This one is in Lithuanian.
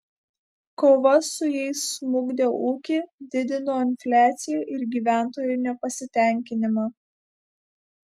kova su jais smukdė ūkį didino infliaciją ir gyventojų nepasitenkinimą